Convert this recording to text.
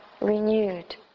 renewed